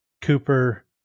Cooper